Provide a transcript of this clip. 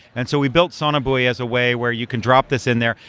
and so we built sonobuoy as a way where you can drop this in there.